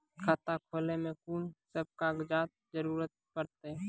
खाता खोलै मे कून सब कागजात जरूरत परतै?